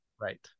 Right